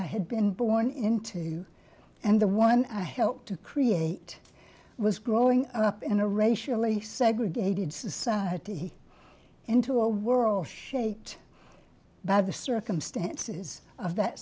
i had been born into and the one i helped to create was growing up in a racially segregated society into a world shaped by the circumstances of that